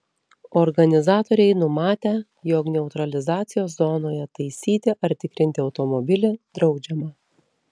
organizatoriai numatę jog neutralizacijos zonoje taisyti ar tikrinti automobilį draudžiama